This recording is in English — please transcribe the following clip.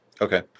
Okay